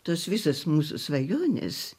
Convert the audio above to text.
tos visos mūsų svajonės